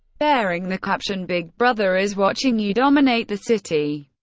bearing the caption big brother is watching you, dominate the city,